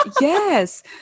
yes